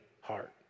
heart